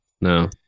no